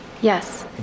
Yes